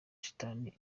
shitani